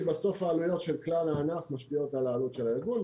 כי בסוף העלויות של כלל הענף משפיעות על העלות של הארגון,